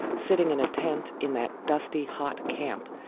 sitting in a tent in that dusty hot camp,